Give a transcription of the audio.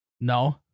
No